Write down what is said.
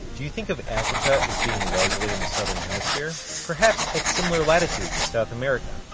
do you think of africa as being largely in the southern hemisphere? perhaps it's similar latitudes as south america?